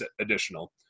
additional